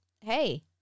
hey